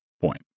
point